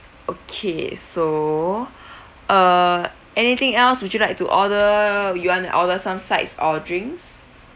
okay so err anything else would you like to order you want to order some sides or drinks